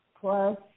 plus